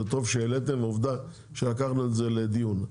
זה טוב שהעליתם ועובדה שלקחנו את זה לדיון,